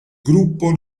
gruppo